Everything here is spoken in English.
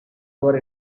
were